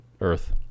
earth